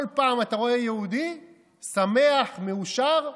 כל פעם אתה רואה יהודי שמח מאושר,